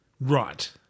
Right